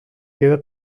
queda